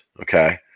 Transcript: okay